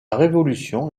révolution